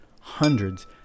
hundreds